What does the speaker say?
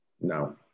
No